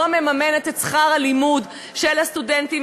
לא מממנת את שכר הלימוד של הסטודנטים.